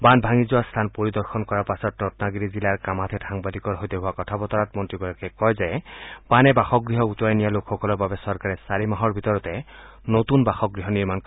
বান্ধ ভাঙি যোৱা স্থান পৰিদৰ্শন কৰাৰ পাছত ৰম্নাগিৰি জিলাৰ কামাথেত সাংবাদিকৰ সৈতে হোৱা কথা বতৰাত মন্ত্ৰীগৰাকীয়ে কয় যে বানে বাসগৃহ উটুৱাই নিয়া লোকসকলৰ বাবে চৰকাৰে চাৰি মাহৰ ভিতৰতে নতুন বাসগৃহ নিৰ্মাণ কৰিব